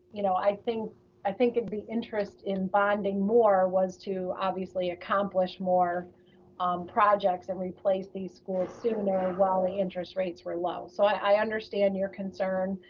you know, i think i think the interest in bonding more was to obviously accomplish more um projects and replace these schools sooner while the interest rates were low. so i understand your concern,